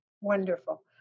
wonderful